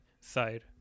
side